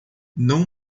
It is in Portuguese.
não